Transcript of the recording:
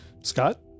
Scott